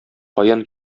каян